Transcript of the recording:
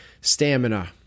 stamina